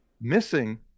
missing